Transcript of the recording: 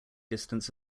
distance